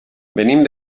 venim